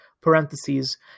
parentheses